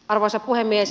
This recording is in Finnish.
arvoisa puhemies